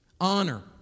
Honor